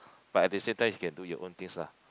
but at the same time you can do your own things lah